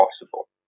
possible